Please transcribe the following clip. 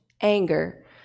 anger